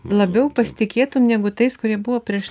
labiau pasitikėtum negu tais kurie buvo prieš